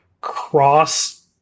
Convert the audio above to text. cross